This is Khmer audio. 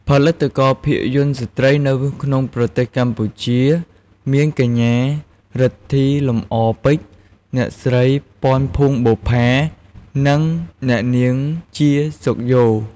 ផលិតករភាពយន្តស្ត្រីនៅក្នុងប្រទេសកម្ពុជាមាន កញ្ញា រិទ្ធី លំអរពេជ្រ អ្នកស្រី ពាន់ ភួងបុប្ផា និងអ្នកនាង ជា សុខយ៉ូ ។